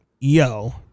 Yo